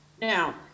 Now